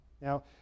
Now